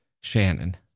Shannon